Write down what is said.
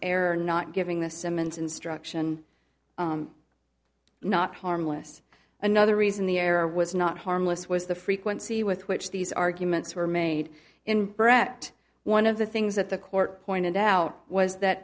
error not giving the simmons instruction not harmless another reason the error was not harmless was the frequency with which these arguments were made in brett one of the things that the court pointed out was that